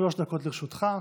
שלוש דקות לרשותך.